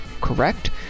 correct